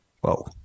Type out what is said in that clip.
Whoa